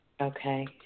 Okay